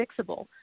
fixable